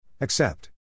Accept